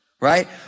right